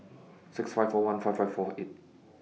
six five four one five five four eight